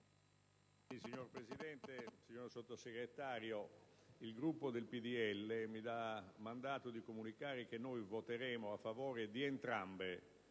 Signor Presidente, signor Sottosegretario, il Gruppo del PdL mi dà mandato di comunicare che noi voteremo a favore di entrambe